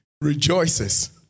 rejoices